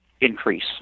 increase